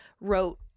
wrote